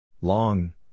Long